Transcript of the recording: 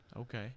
Okay